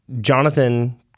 Jonathan